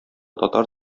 татар